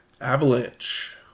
Avalanche